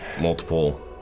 multiple